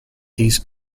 these